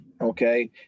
okay